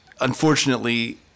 Unfortunately